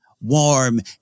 Warm